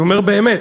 אני אומר באמת,